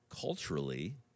Culturally